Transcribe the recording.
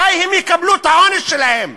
מתי הם יקבלו את העונש שלהם?